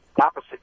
Opposite